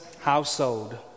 household